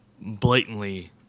blatantly